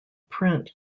print